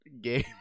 game